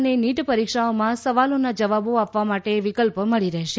અને નીટ પરિક્ષાઓમાં સવાલોનાં જવાબો આપવા માટે વિકલ્પ મળી રહેશે